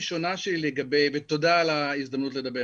ותודה על ההזדמנות לדבר.